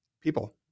People